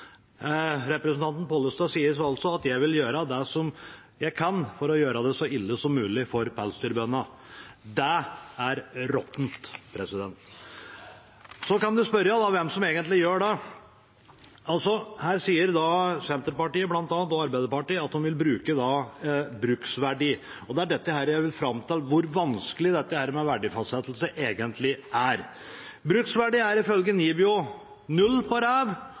Representanten Pollestad sier altså at jeg vil gjøre det jeg kan for å gjøre det så ille som mulig for pelsdyrbøndene. Det er råttent! En kan spørre seg hvem som egentlig gjør det. Her sier bl.a. Senterpartiet og Arbeiderpartiet at de vil bruke bruksverdi. Det er det jeg vil fram til – hvor vanskelig dette med verdifastsettelse egentlig er. Bruksverdien er, ifølge NIBIO, null